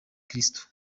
kristo